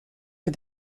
for